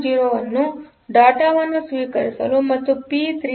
0 ಅನ್ನು ಡೇಟಾವನ್ನು ಸ್ವೀಕರಿಸಲು ಮತ್ತು ಪಿ 3